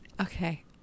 okay